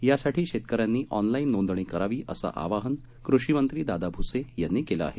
यासाठी शैतकऱ्यांनी ऑनलाईन नोंदणी करावी असं आवाहन कृषिमंत्री दादा भुसे यांनी केले आहे